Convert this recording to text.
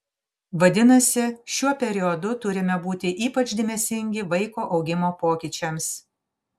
vadinasi šiuo periodu turime būti ypač dėmesingi vaiko augimo pokyčiams